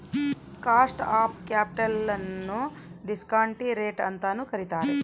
cost of capital ನ್ನು ಡಿಸ್ಕಾಂಟಿ rate ಅಂತನು ಕರಿತಾರೆ